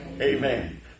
Amen